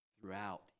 throughout